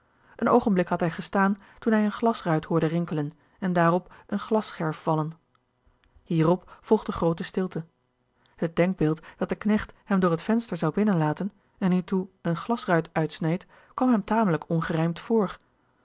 een oogenblik had hij gestaan toen hij eene glasruit hoorde rinkelen en daarop eene glasscherf vallen george een ongeluksvogel hierop volgde groote stilte het denkbeeld dat de knecht hem door het venster zou binnen laten en hiertoe eene glasruit uitsneed kwam hem tamelijk ongerijmd voor